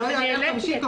שלא יעלה על 50,